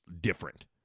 different